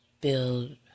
build